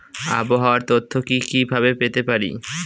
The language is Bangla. আবহাওয়ার তথ্য কি কি ভাবে পেতে পারি?